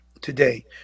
today